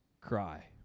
cry